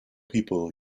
people